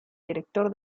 director